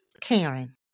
Karen